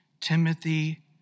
Timothy